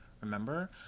remember